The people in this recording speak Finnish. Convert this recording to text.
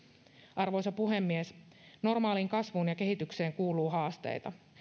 arvoisa puhemies normaaliin kasvuun ja kehitykseen kuuluu haasteita